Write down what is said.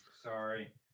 Sorry